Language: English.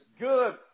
Good